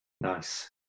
Nice